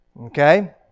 Okay